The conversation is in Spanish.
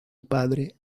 padre